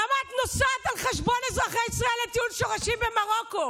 למה את נוסעת על חשבון אזרחי ישראל לטיול שורשים במרוקו?